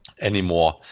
anymore